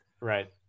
right